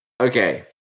Okay